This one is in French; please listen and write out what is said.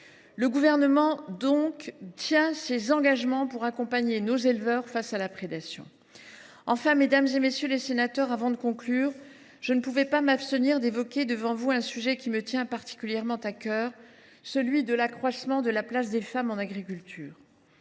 Le Gouvernement tient donc ses engagements pour accompagner nos éleveurs face à la prédation. Enfin, mesdames, messieurs les sénateurs, avant de conclure, je ne peux pas m’abstenir d’évoquer devant vous un sujet qui me tient particulièrement à cœur : l’accroissement de la place des femmes en agriculture.